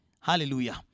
hallelujah